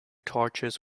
torches